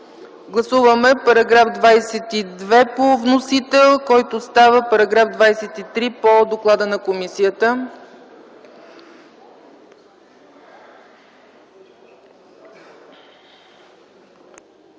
Гласуваме § 22 по вносител, който става § 23 по доклада на комисията.